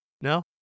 No